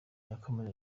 yakomeje